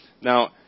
Now